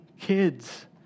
kids